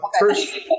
First